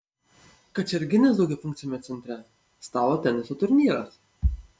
kačerginės daugiafunkciame centre stalo teniso turnyras